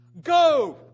Go